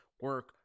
Work